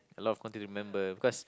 a lot of content to remember because